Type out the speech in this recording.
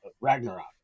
Ragnarok